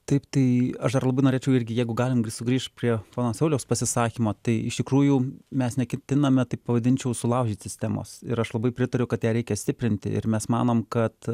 taip tai aš dar labai norėčiau irgi jeigu galim greit sugrįšt prie pono sauliaus pasisakymo tai iš tikrųjų mes neketiname taip pavadinčiau sulaužyt sistemos ir aš labai pritariu kad ją reikia stiprinti ir mes manom kad